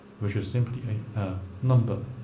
which is simply a number.